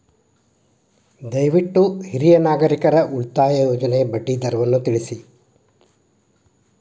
ದಯವಿಟ್ಟು ಹಿರಿಯ ನಾಗರಿಕರ ಉಳಿತಾಯ ಯೋಜನೆಯ ಬಡ್ಡಿ ದರವನ್ನು ತಿಳಿಸಿ